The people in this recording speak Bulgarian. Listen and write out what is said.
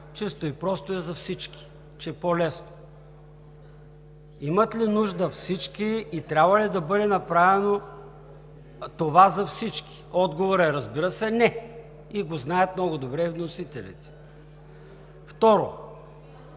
–чисто и просто е за всички, че е по-лесно. Имат ли нужда всички и трябва ли да бъде направено това за всички? Отговорът е: разбира се, не! И вносителите го знаят много добре. Второ,